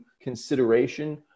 consideration